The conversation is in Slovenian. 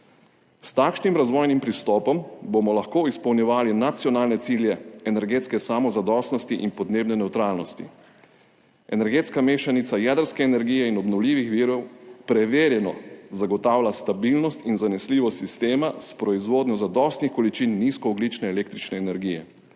S takšnim razvojnim pristopom bomo lahko izpolnjevali nacionalne cilje energetske samozadostnosti in podnebne nevtralnosti. Energetska mešanica jedrske energije in obnovljivih virov preverjeno zagotavlja stabilnost in zanesljivost sistema s proizvodnjo zadostnih količin nizkoogljične električne energije.